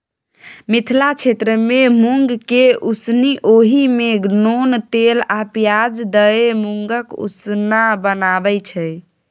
मिथिला क्षेत्रमे मुँगकेँ उसनि ओहि मे नोन तेल आ पियाज दए मुँगक उसना बनाबै छै